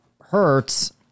Hurts